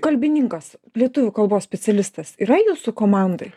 kalbininkas lietuvių kalbos specialistas yra jūsų komandoj